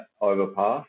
overpass